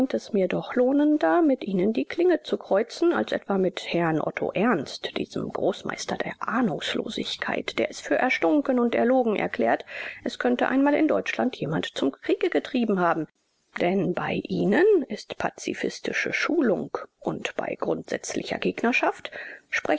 es mir doch lohnender mit ihnen die klinge zu kreuzen als etwa mit herrn otto ernst diesem großmeister der ahnungslosigkeit der es für erstunken und erlogen erklärt es könnte einmal in deutschland jemand zum kriege getrieben haben denn bei ihnen ist pazifistische schulung und bei grundsätzlicher gegnerschaft